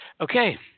Okay